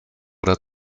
oder